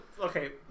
Okay